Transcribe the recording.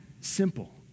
simple